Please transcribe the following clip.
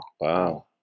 wow